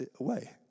away